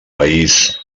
país